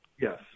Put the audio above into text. yes